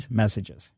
messages